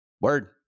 Word